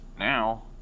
now